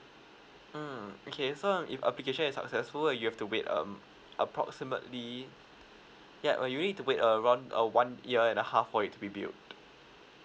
mm okay so um if application is successful err you have to wait um approximately yeah you need to wait around a one year and a half for it to be built